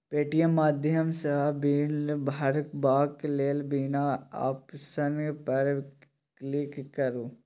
Paytm माध्यमसँ bill भरबाक लेल बिल आप्शन पर क्लिक करु